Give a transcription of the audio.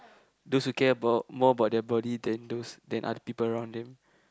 those who care about more about their body than those than other people around them